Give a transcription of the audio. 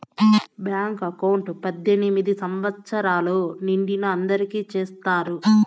bank account పద్దెనిమిది సంవచ్చరాలు నిండిన అందరికి చేత్తారు